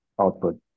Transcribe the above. output